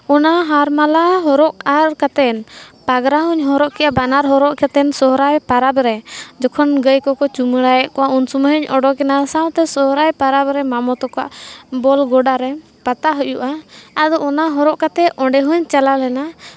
ᱚᱱᱟ ᱦᱟᱨ ᱢᱟᱞᱟ ᱦᱚᱨᱚᱜ ᱟᱨ ᱠᱟᱛᱮᱫ ᱯᱟᱜᱽᱨᱟ ᱦᱚᱸᱧ ᱦᱚᱨᱚᱜ ᱠᱮᱫᱼᱟ ᱵᱟᱱᱟᱨ ᱦᱚᱨᱚᱜ ᱠᱟᱛᱮᱫ ᱥᱚᱦᱚᱨᱟᱭ ᱯᱟᱨᱟᱵᱽ ᱨᱮ ᱡᱚᱠᱷᱚᱱ ᱜᱟᱹᱭ ᱠᱚ ᱠᱚ ᱪᱩᱢᱟᱹᱲᱟᱭᱮᱫ ᱠᱚᱣᱟ ᱩᱱ ᱥᱚᱢᱚᱭᱤᱧ ᱚᱰᱚᱠ ᱮᱱᱟ ᱥᱟᱶᱛᱮ ᱥᱚᱦᱚᱨᱟᱭ ᱯᱚᱨᱚᱵᱽ ᱨᱮ ᱢᱟᱢᱳ ᱛᱟᱠᱚᱭᱟᱜ ᱵᱚᱞ ᱜᱚᱰᱟ ᱨᱮ ᱯᱟᱛᱟ ᱦᱩᱭᱩᱜᱼᱟ ᱟᱫᱚ ᱚᱱᱟ ᱦᱚᱨᱚᱜ ᱠᱟᱛᱮ ᱚᱸᱰᱮ ᱦᱚᱸᱧ ᱪᱟᱞᱟᱣ ᱞᱮᱱᱟ